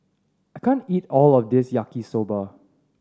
I can't eat all of this Yaki Soba